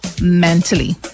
mentally